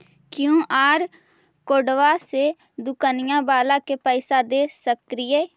QR कोडबा से दुकनिया बाला के पैसा दे सक्रिय?